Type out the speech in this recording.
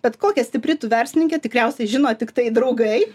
bet kokia stipri tu verslininkė tikriausiai žino tiktai draugai